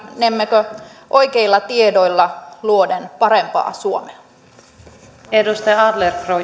etenemmekö oikeilla tiedoilla luoden parempaa suomea